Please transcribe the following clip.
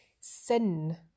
sin